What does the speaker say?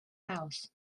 house